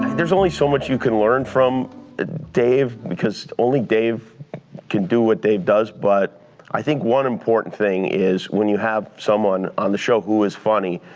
there's only so much you can learn from dave because only dave can do what dave does, but i think one important thing is when you have someone on the show who is funny,